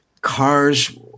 Cars